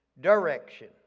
Direction